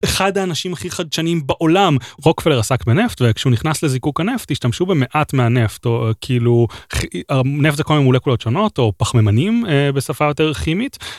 אחד האנשים הכי חדשנים בעולם, רוקפלר, עסק בנפט וכשהוא נכנס לזיקוק הנפט השתמשו במעט מהנפט או כאילו נפט זה כל מיני מולקולות שונות או פחמימנים בשפה יותר כימית.